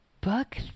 book